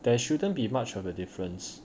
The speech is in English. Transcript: there shouldn't be much of a difference